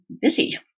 busy